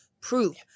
proof